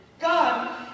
God